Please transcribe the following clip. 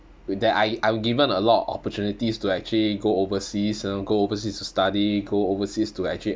that I'm I'm given a lot of opportunities to actually go overseas you know go overseas to study go overseas to actually